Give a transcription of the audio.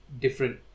different